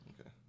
Okay